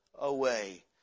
away